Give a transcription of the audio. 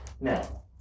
now